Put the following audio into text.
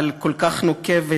אבל כל כך נוקבת,